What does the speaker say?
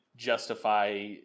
justify